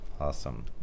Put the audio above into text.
awesome